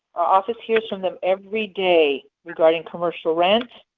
our office hears from them every day regarding commercial rent,